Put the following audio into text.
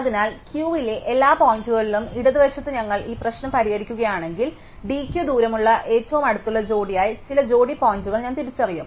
അതിനാൽ Q ലെ എല്ലാ പോയിന്റുകളിലും ഇടത് വശത്ത് ഞങ്ങൾ ഈ പ്രശ്നം പരിഹരിക്കുകയാണെങ്കിൽ d Q ദൂരമുള്ള ഏറ്റവും അടുത്തുള്ള ജോഡിയായി ചില ജോഡി പോയിന്റുകൾ ഞാൻ തിരിച്ചറിയും